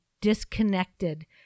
disconnected